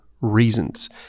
reasons